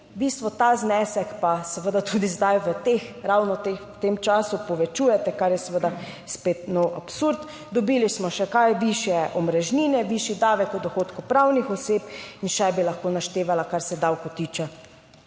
v bistvu ta znesek pa seveda tudi zdaj v teh, ravno v tem času povečujete, kar je seveda spet nov absurd. Dobili smo še, kaj, višje omrežnine, višji davek od dohodkov pravnih oseb in še bi lahko naštevala, kar se davkov tiče.